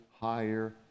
higher